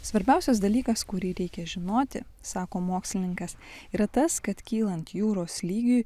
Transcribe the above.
svarbiausias dalykas kurį reikia žinoti sako mokslininkas yra tas kad kylant jūros lygiui